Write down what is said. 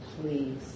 please